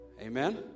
Amen